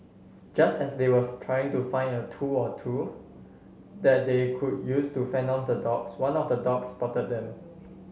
just as they were trying to find a tool or two that they could use to fend off the dogs one of the dogs spotted them